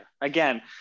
again